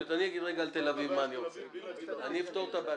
אני אקריא את רשימת